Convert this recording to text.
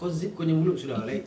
kau zip kau punya mulut sudah like